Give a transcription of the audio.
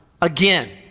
again